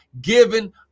given